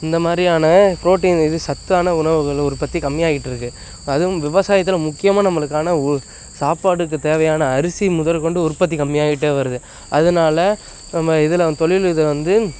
இந்த மாதிரியான புரோட்டின் இது சத்தான உணவுகள் உற்பத்தி கம்மி ஆயிட்டுருக்கு அதுவும் விவசாயத்தில் முக்கியமாக நம்மளுக்கான உ சாப்பாடுக்கு தேவையான அரிசி முதற்கொண்டு உற்பத்தி கம்மியாயிக்கிட்டே வருது அதனால நம்ம இதில் தொழில் இதில் வந்து